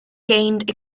gained